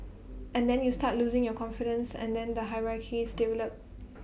and then you start losing your confidence and then the hierarchies develop